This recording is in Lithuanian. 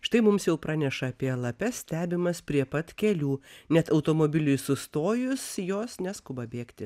štai mums jau praneša apie lapes stebimas prie pat kelių net automobiliui sustojus jos neskuba bėgti